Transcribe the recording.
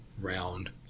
round